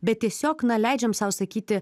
bet tiesiog leidžiam sau sakyti